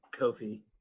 Kofi